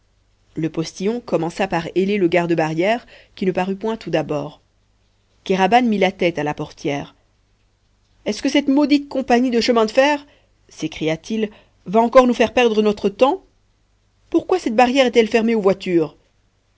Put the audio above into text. le postillon commença par héler le garde barrière qui ne parut point tout d'abord kéraban mit la tête à la portière est-ce que cette maudite compagnie de chemin de fer s'écria-t-il va encore nous faire perdre notre temps pourquoi cette barrière est-elle fermée aux voitures